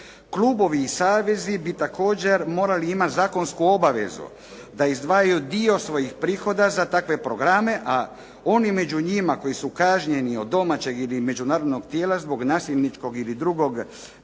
Klubovi i savezi bi također morali imati zakonsku obavezu da izdvajaju dio svojih prihoda za takve programe a oni među njima koji su kažnjeni od domaćeg ili međunarodnog tijela zbog nasilničkog ili drugog vida